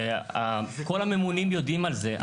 כל הממונים יודעים על זה.